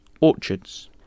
orchards